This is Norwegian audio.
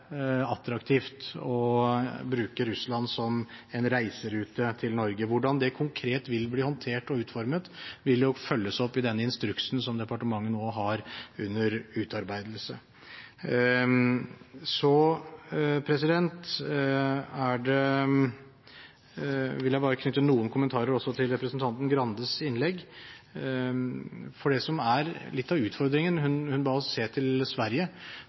attraktivt å bruke Russland som en reiserute til Norge. Hvordan det konkret vil bli håndtert og utformet, vil følges opp i denne instruksen som departementet nå har under utarbeidelse. Så vil jeg bare knytte noen kommentarer også til representanten Skei Grandes innlegg. Hun ba oss se til Sverige, som